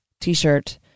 T-shirt